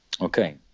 Okay